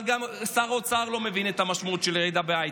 אבל גם שר האוצר לא מבין את המשמעות של ירידה בהייטק.